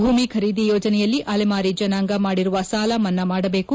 ಭೂಮಿ ಖರೀದಿ ಯೋಜನೆಯಲ್ಲಿ ಅಲೆಮಾರಿ ಜನಾಂಗ ಮಾಡಿರುವ ಸಾಲ ಮನ್ನಾ ಮಾಡಬೇಕು